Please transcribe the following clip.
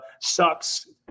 sucks